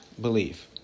believe